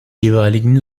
jeweiligen